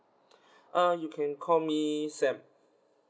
uh you can call me sam